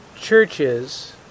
churches